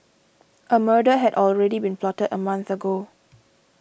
a murder had already been plotted a month ago